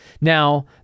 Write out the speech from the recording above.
Now